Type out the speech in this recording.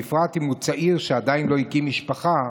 בפרט אם הוא צעיר ועדיין לא הקים משפחה,